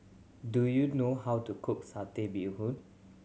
do you know how to cook Satay Bee Hoon